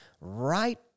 right